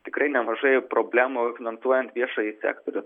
tikrai nemažai problemų finansuojant viešąjį sektorių